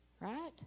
right